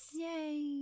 yay